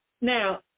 Now